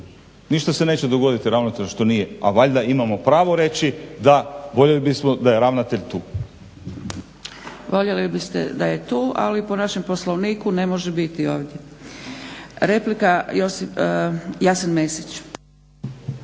Ništa se neće dogoditi ravnatelju što nije, a valjda imamo pravo reći da voljeli bismo da je ravnatelj tu. **Zgrebec, Dragica (SDP)** Voljeli biste da je tu ali po našem Poslovniku ne može biti ovdje. Replika Jasen Mesić.